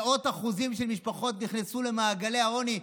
מאות אחוזים של משפחות נכנסו למעגלי העוני,